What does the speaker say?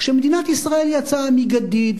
כשמדינת ישראל יצאה מגדיד,